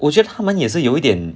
我觉得他们也是有点